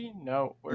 No